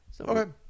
okay